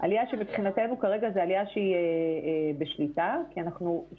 עלייה שמבחינתנו כרגע זו עלייה שהיא בשליטה כי שוב,